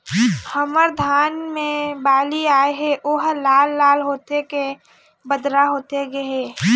हमर धान मे बाली आए हे ओहर लाल लाल होथे के बदरा होथे गे हे?